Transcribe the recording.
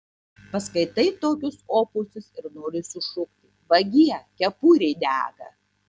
paskaitai tokius opusus ir nori sušukti vagie kepurė dega